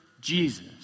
Jesus